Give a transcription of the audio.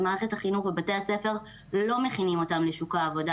שמערכת החינוך בבתי הספר לא מכינים אותם לשוק העבודה